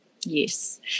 yes